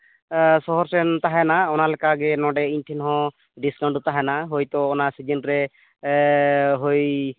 ᱥᱚᱦᱚᱨ ᱥᱮᱱ ᱛᱟᱦᱮᱱᱟ ᱚᱱᱟ ᱞᱮᱠᱟᱜᱮ ᱱᱚᱰᱮ ᱤᱧ ᱴᱷᱮᱱ ᱦᱚᱸ ᱰᱤᱥᱠᱟᱣᱩᱱᱴ ᱫᱚ ᱛᱟᱦᱮᱱᱟ ᱦᱳᱭᱛᱚ ᱚᱱᱟ ᱥᱤᱡᱤᱱ ᱨᱮ ᱦᱳᱭ